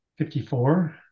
54